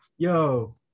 Yo